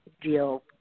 deal